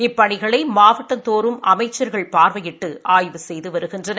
இப்பணிகளை மாவட்டந்தோறம் அமைச்சர்கள் பார்வையிட்டு ஆய்வு செய்து வருகின்றனர்